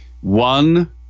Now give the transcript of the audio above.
One